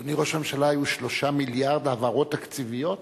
אדוני ראש הממשלה, היו 3 מיליארד העברות תקציביות?